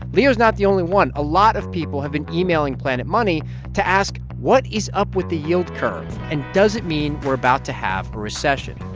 leo is not the only one. a lot of people have been emailing planet money to ask what is up with the yield curve. and does it mean we're about to have a recession?